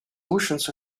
oceans